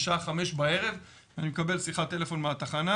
בשעה חמש בערב אני מקבל שיחת טלפון מהתחנה.